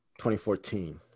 2014